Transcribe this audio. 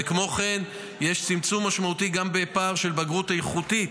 כמו כן, יש צמצום משמעותי בפער של בגרות איכותית,